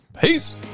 Peace